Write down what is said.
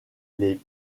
les